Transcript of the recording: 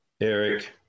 Eric